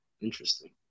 interesting